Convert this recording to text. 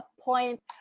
point